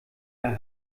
der